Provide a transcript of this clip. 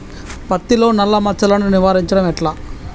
పత్తిలో నల్లా మచ్చలను నివారించడం ఎట్లా?